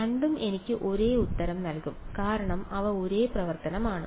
രണ്ടും എനിക്ക് ഒരേ ഉത്തരം നൽകും കാരണം അവ ഒരേ പ്രവർത്തനമാണ്